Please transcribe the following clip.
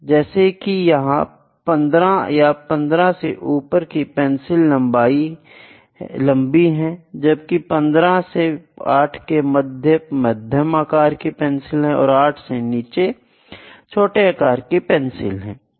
जैसे कि यहां 15 या 15 से ऊपर की पेंसिल लंबी है जबकि 15 से 8 के मध्य मध्यम आकार की पेंसिल हैं और 8 से नीचे छोटे आकार की पेंसिल हैं